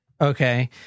Okay